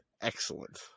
excellent